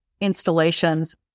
installations